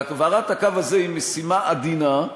והעברת הקו הזה היא משימה עדינה,